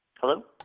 Hello